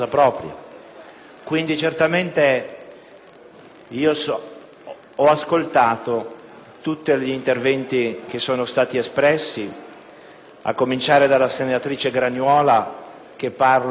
Ho ascoltato tutti gli interventi che sono stati svolti, a cominciare dalla senatrice Granaiola che ha parlato di tema emergenziale della casa,